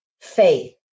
faith